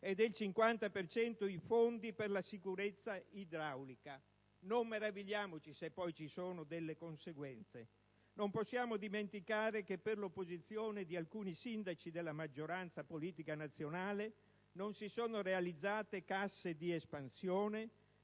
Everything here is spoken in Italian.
e del 50 per cento i fondi per la sicurezza idraulica. Non meravigliamoci se poi ci sono delle conseguenze. Non possiamo dimenticare che per l'opposizione di alcuni sindaci della maggioranza politica nazionale non si sono realizzate casse di espansione,